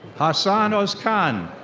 hasan ozcan.